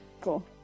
cool